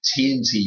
tnt